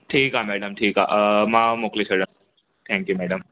ठीक आ मैडम ठीक आ अ मां मोकिले छॾ थैंक्यू मैडम